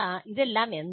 ഇതെല്ലാം എന്താണ്